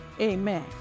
Amen